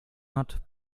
hat